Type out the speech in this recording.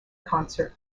concert